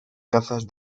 cazas